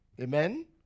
Amen